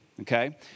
Okay